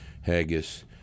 haggis